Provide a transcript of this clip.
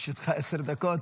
עשר דקות.